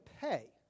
pay